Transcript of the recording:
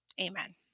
Amen